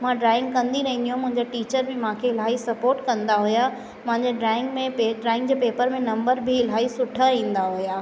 मां ड्राइंग कंदी रहंदी हुअमि मुंहिंजा टीचर बि मांखे इलाही स्पॉर्ट कंदा हुआ मांजे ड्राइंग में पे ड्राइंग जे पेपर में नम्बर बि इलाही सुठा ईंदा हुआ